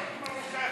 מרוקאי.